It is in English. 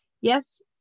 Yes